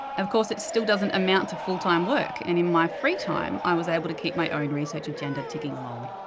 of course, it still doesn't amount to full time work, and in my free time, i was able to keep my own research agenda ticking along.